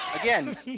Again